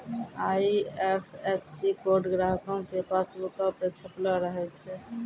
IFSC code ग्राहको के पासबुको पे छपलो रहै छै